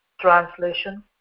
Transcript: Translation